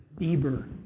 Bieber